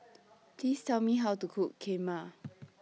Please Tell Me How to Cook Kheema